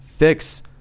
fix